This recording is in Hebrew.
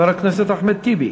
חבר הכנסת אחמד טיבי,